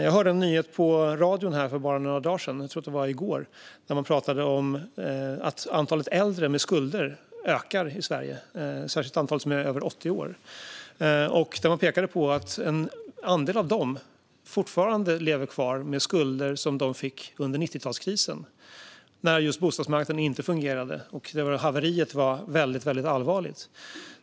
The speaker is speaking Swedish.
Jag hörde på radion - jag tror att det var i går - att antalet äldre med skulder ökar i Sverige, särskilt antalet som är över 80 år. Man pekade på att en del av dem fortfarande lever med skulder som de fick under 90talskrisen, när bostadsmarknaden inte fungerade och haveriet var väldigt allvarligt.